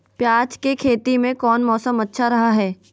प्याज के खेती में कौन मौसम अच्छा रहा हय?